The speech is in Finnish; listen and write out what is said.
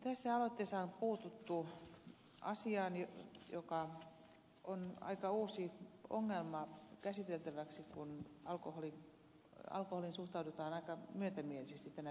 tässä aloitteessa on puututtu asiaan joka on aika uusi ongelma käsiteltäväksi kun alkoholiin suhtaudutaan aika myötämielisesti tänä päivänä